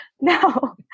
No